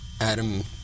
Adam